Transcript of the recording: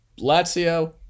Lazio